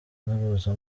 n’uruza